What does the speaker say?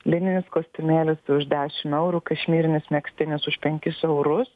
lininis kostiumėlis už dešim eurų kašmyrinis megztinis už penkis eurus